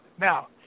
Now